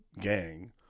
gang